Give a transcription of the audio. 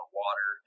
water